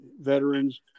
veterans